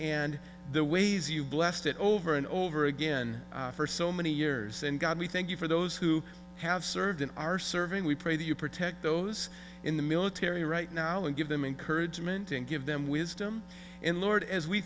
and the ways you blessed it over and over again for so many years and god we thank you for those who have served and are serving we pray that you protect those in the military right now and give them encouragement and give them wisdom and lord as we